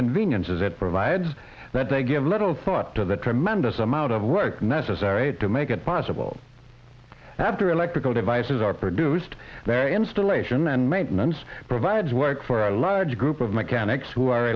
conveniences it provides that they give little thought to the tremendous amount of work necessary to make it possible after electrical devices are produced installation and maintenance provides work for a large group of mechanics who are